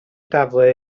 daflu